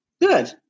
Good